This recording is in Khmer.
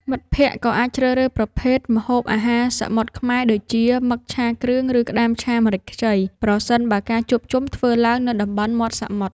មិត្តភក្តិក៏អាចជ្រើសរើសប្រភេទ ម្ហូបអាហារសមុទ្រខ្មែរ ដូចជា មឹកឆាគ្រឿង ឬក្តាមឆាម្រេចខ្ចី ប្រសិនបើការជួបជុំធ្វើឡើងនៅតំបន់មាត់សមុទ្រ។